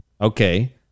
Okay